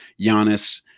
Giannis